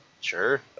sure